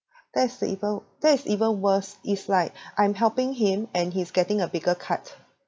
that's the even that is even worse it's like I'm helping him and he's getting a bigger cut